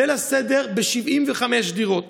ליל הסדר ב-75 דירות,